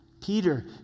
Peter